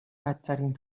بدترین